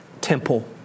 temple